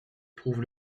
prouve